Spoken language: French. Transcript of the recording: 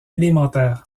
élémentaire